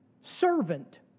servant